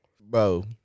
bro